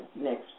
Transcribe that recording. next